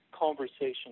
conversation